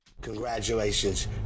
Congratulations